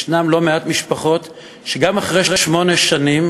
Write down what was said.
יש לא מעט משפחות שלגביהן גם אחרי שמונה שנים